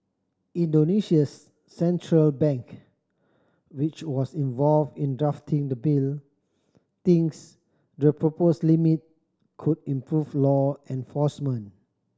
Indonesia's central bank which was involved in drafting the bill thinks the proposed limit could improve law enforcement